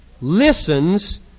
listens